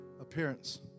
Appearance